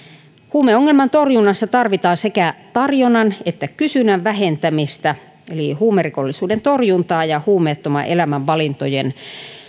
huumeongelman torjunnassa tarvitaan sekä tarjonnan että kysynnän vähentämistä eli huumerikollisuuden torjuntaa ja huumeettoman elämän valintojen